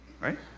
Right